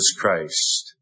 Christ